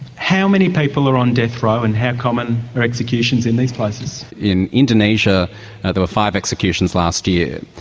how many people are on death row and how common are executions in these places? in indonesia there were five executions last year.